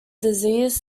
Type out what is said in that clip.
disease